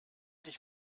dich